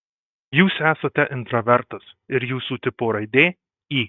jūs esate intravertas ir jūsų tipo raidė i